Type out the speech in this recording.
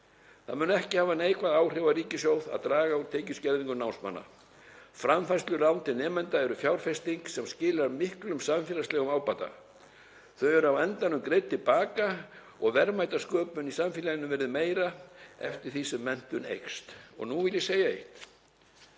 Það mun ekki hafa neikvæð áhrif á ríkissjóð að draga úr tekjuskerðingum námsmanna. Framfærslulán til nemenda eru fjárfesting sem skilar miklum samfélagslegum ábata. Þau eru á endanum greidd til baka og verðmætasköpun í samfélaginu verður meiri eftir því sem menntun eykst. Og nú vil ég segja eitt: